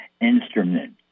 instrument